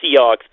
Seahawks